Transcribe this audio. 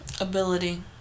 ability